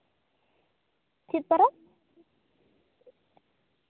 ᱪᱮᱫ ᱯᱟᱨᱟᱵᱽ